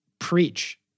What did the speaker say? preach